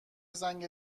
زنگ